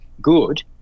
good